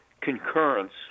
concurrence